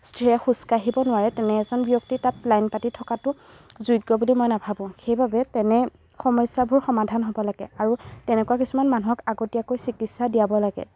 স্থিৰে খোজ কাঢ়িব নোৱাৰে তেনে এজন ব্যক্তি তাত লাইন পাতি থকাটো যোগ্য বুলি মই নাভাবোঁ সেইবাবে তেনে সমস্যাবোৰ সমাধান হ'ব লাগে আৰু তেনেকুৱা কিছুমান মানুহক আগতীয়াকৈ চিকিৎসা দিয়াব লাগে